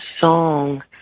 song